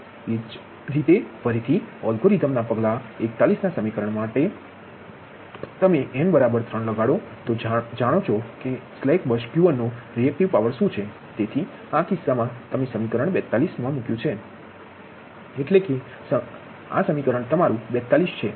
એ જ રીતે ફરીથી એલ્ગોરિધમનાં પગલા 4 ના સમીકરણ માટે મતલબ એ છે કે આ સમીકરણ તમે આ બસ માટે n 3 લગાડો અને જાણો કે સ્લેક બસ Q1 નો રીએક્ટીવ પાવર શું છે તેથી આ કિસ્સામાં તમે સમીકરણ 42 માં મૂક્યું છે એટલે કે આ સમીકરણ તમારું સમીકરણ 42 છે